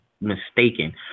mistaken